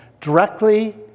directly